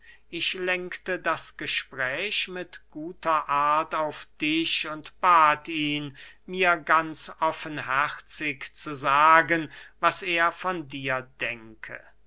ich lenkte das gespräch mit guter art auf dich und bat ihn mir ganz offenherzig zu sagen was er von dir denke